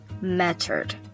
mattered